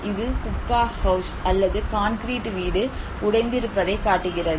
இது புக்கா ஹவுஸ் அல்லது கான்கிரீட் வீடு உடைந்திருப்பதைக் காட்டுகிறது